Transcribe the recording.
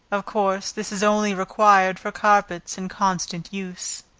of course, this is only required for carpets in constant use.